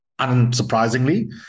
unsurprisingly